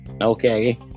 okay